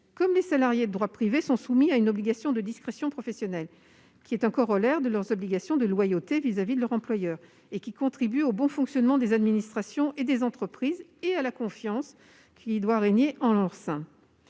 comme les salariés de droit privé, sont soumis à une obligation de discrétion professionnelle, qui est un corollaire de leurs obligations de loyauté vis-à-vis de leur employeur et qui contribue au bon fonctionnement des administrations et des entreprises et à la confiance qui doit régner en leur sein.